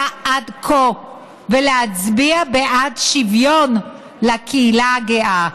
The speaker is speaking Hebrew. עד כה ולהצביע בעד שוויון לקהילה הגאה.